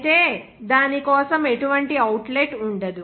అయితే దాని కోసం ఎటువంటి అవుట్లెట్ ఉండదు